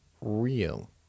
real